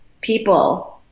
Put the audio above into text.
people –